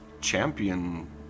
champion